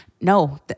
No